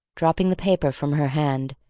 dropping the paper from her hand,